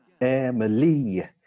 Emily